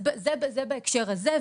זה בהקשר הזה.